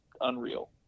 unreal